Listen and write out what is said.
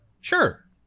sure